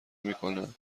میکنه